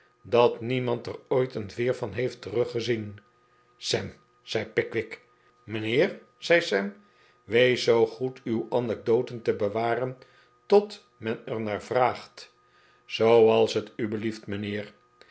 dat niemand er ooit een veer van heeft teruggezien sam zei pickwick mijnheer zei sam wees zoo goed uw anecdoten te bewaren tot men er naar vraagt zooals t u belieft mijnheer